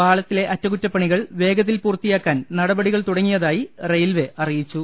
പാളത്തിലെ അറ്റകുറ്റപ്പണികൾ വേഗത്തിൽ പൂർത്തിയാ ക്കാൻ നടപടികൾ തുടങ്ങിയതായി റെയിൽവേ അറിയിച്ചു